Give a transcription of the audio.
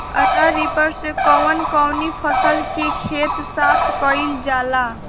Straw reaper से कवन कवनी फसल के खेत साफ कयील जाला?